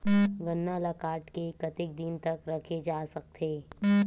गन्ना ल काट के कतेक दिन तक रखे जा सकथे?